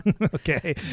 Okay